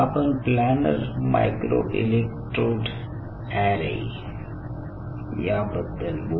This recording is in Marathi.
आपण प्लॅनर मायक्रो इलेक्ट्रोड अॅरे याबद्दल बोलू